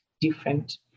different